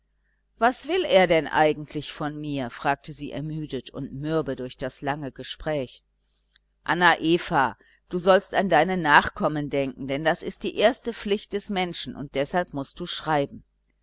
was will er denn eigentlich von mir fragte sie ermüdet und mürbe durch das lange gespräch anna eva du sollst an deine nachkommen denken denn das ist die erste pflicht des menschen und deshalb mußt du schreiben